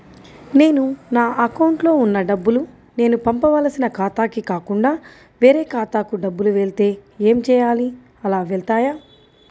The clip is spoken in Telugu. నేను నా అకౌంట్లో వున్న డబ్బులు నేను పంపవలసిన ఖాతాకి కాకుండా వేరే ఖాతాకు డబ్బులు వెళ్తే ఏంచేయాలి? అలా వెళ్తాయా?